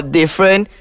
different